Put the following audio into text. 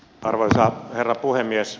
arvoisa herra puhemies